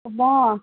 म